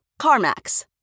CarMax